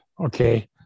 okay